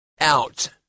out